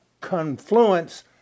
confluence